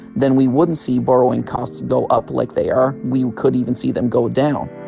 then we wouldn't see borrowing costs go up like they are. we could even see them go down